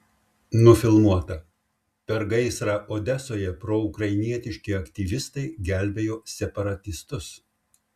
nufilmuota per gaisrą odesoje proukrainietiški aktyvistai gelbėjo separatistus